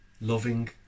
Loving